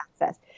Access